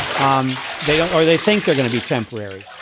um they don't or they think they're going to be temporary.